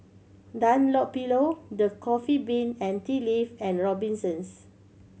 Dunlopillo The Coffee Bean and Tea Leaf and Robinsons